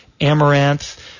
amaranth